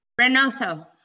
Renoso